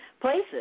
places